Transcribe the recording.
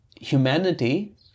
humanity